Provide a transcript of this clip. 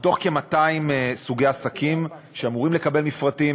מתוך כ-200 סוגי עסקים שאמורים לקבל מפרטים,